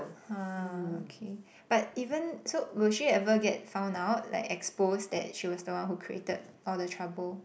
har okay but even so will she ever get found out like exposed that she was the one who created all the trouble